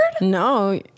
No